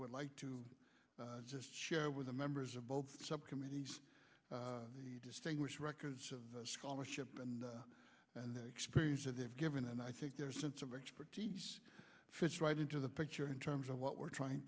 would like to just share with the members of both subcommittees the distinguished records of scholarship and and their experience that they've given and i think their sense of expertise fits right into the picture in terms of what we're trying